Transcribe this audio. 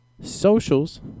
socials